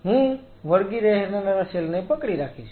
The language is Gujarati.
હું વળગી રહેનારા સેલ ને પકડી રાખીશ